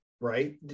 right